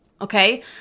Okay